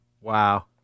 Wow